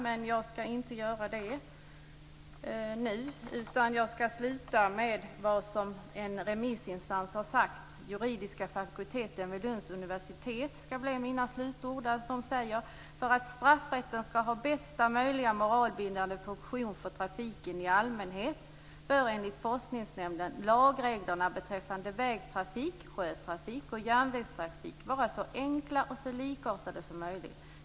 Men jag skall inte göra det nu, utan jag skall sluta med att säga vad en remissinstans har sagt, nämligen juridiska fakulteten vid Lunds universitet. Det får bli mina slutord: "För att straffrätten skall ha bästa möjliga moralbildande funktion för trafiken i allmänhet bör enligt forskningsnämnden lagreglerna beträffande vägtrafik, sjötrafik och järnvägstrafik vara så enkla och så likartade som möjligt.